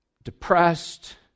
depressed